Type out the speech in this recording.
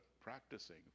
practicing